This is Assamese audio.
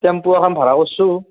টেম্পু এখন ভাড়া কৰিছোঁ